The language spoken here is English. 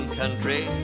country